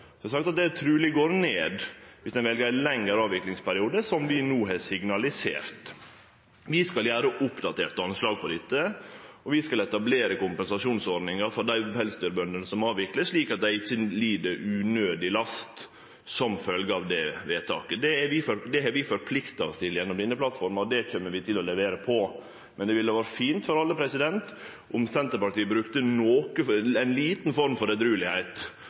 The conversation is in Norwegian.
har sagt at summen truleg går ned viss ein vel ein lengre avviklingsperiode, som vi no har signalisert. Vi skal laga eit oppdatert anslag på dette, og vi skal etablere kompensasjonsordningar for dei pelsdyrbøndene som må avvikle, slik at dei ikkje lir unødig last som følgje av dette vedtaket. Det har vi forplikta oss til gjennom denne plattforma, og det kjem vi til å levere på. Men det ville vore fint for alle om Senterpartiet